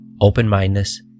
open-mindedness